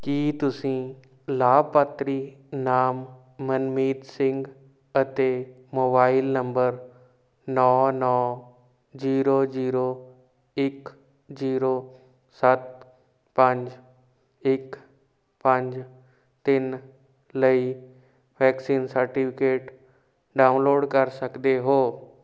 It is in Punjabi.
ਕੀ ਤੁਸੀਂ ਲਾਭਪਾਤਰੀ ਨਾਮ ਮਨਮੀਤ ਸਿੰਘ ਅਤੇ ਮੋਬਾਈਲ ਨੰਬਰ ਨੌ ਨੌ ਜੀਰੋ ਜੀਰੋ ਇੱਕ ਜੀਰੋ ਸੱਤ ਪੰਜ ਇੱਕ ਪੰਜ ਤਿੰਨ ਲਈ ਵੈਕਸੀਨ ਸਰਟੀਫਿਕੇਟ ਡਾਊਨਲੋਡ ਕਰ ਸਕਦੇ ਹੋ